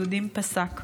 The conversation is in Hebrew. והטבח ביהודים פסק.